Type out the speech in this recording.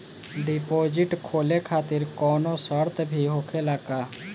Deposit खोले खातिर कौनो शर्त भी होखेला का?